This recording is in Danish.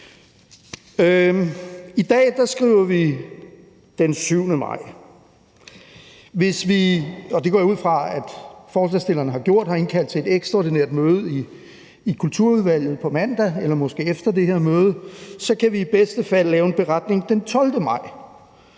I dag skriver vi den 7. maj. Hvis vi, og det går jeg ud fra forslagsstillerne har gjort, bliver indkaldt til et ekstraordinært møde i Kulturudvalget på mandag eller måske efter det her møde, så kan vi i bedste fald lave en beretning den 12. maj.